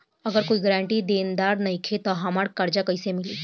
अगर कोई गारंटी देनदार नईखे त हमरा कर्जा कैसे मिली?